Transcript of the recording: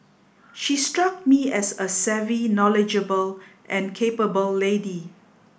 she struck me as a savvy knowledgeable and capable lady